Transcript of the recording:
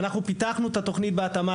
בשנים האחרונות פיתחנו את התוכנית בהתאמה